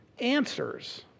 answers